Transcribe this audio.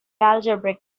algebraic